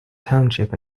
township